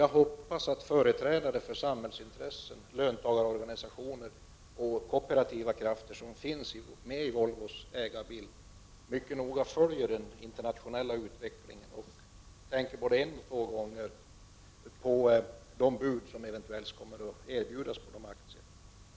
Jag hoppas att företrädare för samhällsintressen, löntagarorganisationer och kooperativa krafter, som finns med i Volvos ägarbild, mycket noga följer den internationella utvecklingen och tänker både en och två gånger på de bud som eventuellt kommer att läggas på de aktierna.